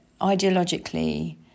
ideologically